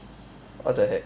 what the heck